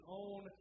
own